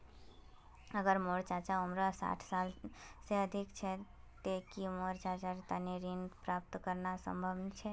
अगर मोर चाचा उम्र साठ साल से अधिक छे ते कि मोर चाचार तने ऋण प्राप्त करना संभव छे?